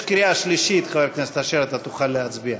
יש קריאה שלישית, חבר הכנסת אשר, אתה תוכל להצביע,